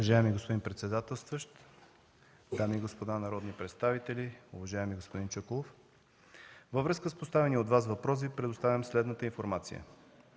Уважаеми господин председателстващ, дами и господа народни представители! Уважаеми господин Чуколов, във връзка с поставения от Вас въпрос Ви предоставям следната информация.